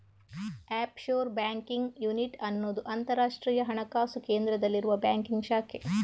offshore banking unit ಅನ್ನುದು ಅಂತರಾಷ್ಟ್ರೀಯ ಹಣಕಾಸು ಕೇಂದ್ರದಲ್ಲಿರುವ ಬ್ಯಾಂಕ್ ಶಾಖೆ